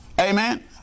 Amen